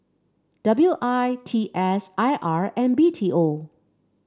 W I T S I R and B T O